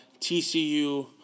TCU